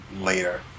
later